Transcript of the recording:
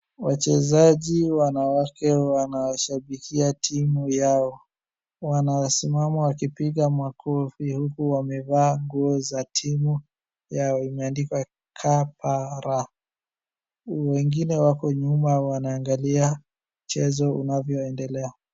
Wachezaji wanawake wanashabikia timu yao. Wanasimama wakipiga makofi huku wamevaa nguo za timu yao imeandikwa KPR , wengine wako nyuma wanaangalia mchezo unavyoendelea.